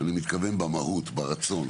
אני מתכוון במהות, ברצון.